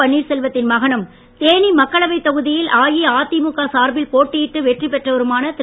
பன்னீர்செல்வத்தின் மகனும் தேனி மக்களவை தொகுதிய்ல அஇஅதிமுக சார்பில் போட்டியிட்டு வெற்றி பெற்றவருமான திரு